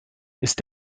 ist